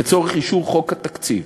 לצורך אישור חוק תקציב.